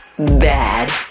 bad